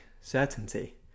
certainty